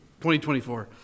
2024